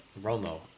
Romo